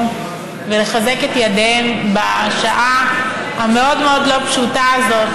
ולחזק את ידיהם בשעה המאוד-מאוד לא פשוטה הזאת.